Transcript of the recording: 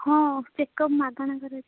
ହଁ ଚେକପ୍ ମାଗଣା କରାଯାଉଛି